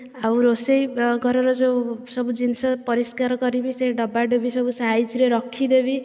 ଆଉ ରୋଷେଇ ଘରର ଯେଉଁ ସବୁ ଜିନିଷ ପରିଷ୍କାର କରିବି ସେଇ ଡବା ଡବି ସବୁ ସାଇଜ ରେ ରଖି ଦେବି